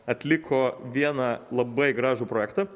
atliko vieną labai gražų projektą